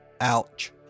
Ouch